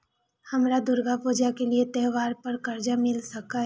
हमरा दुर्गा पूजा के लिए त्योहार पर कर्जा मिल सकय?